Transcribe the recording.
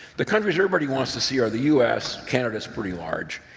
the countries everybody wants to see are the u s, canada is pretty large,